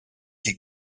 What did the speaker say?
die